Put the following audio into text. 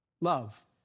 Love